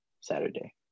Saturday